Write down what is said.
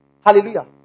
Hallelujah